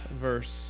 verse